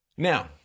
Now